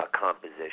Composition